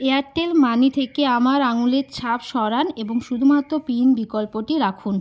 Airtel money থেকে আমার আঙুলের ছাপ সরান এবং শুধুমাত্র পিন বিকল্পটি রাখুন